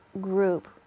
group